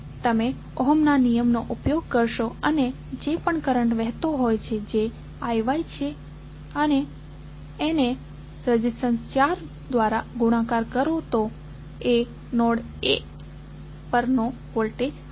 તમે ઓહમના નિયમ Ohms law નો ઉપયોગ કરશો અને જે પણ કરંટ વહેતો હોય છે જે IY છે એને રેઝિસ્ટન્સ 4 દ્વારા ગુણાકાર કરો તો એ નોડ A પરનો વોલ્ટેજ હશે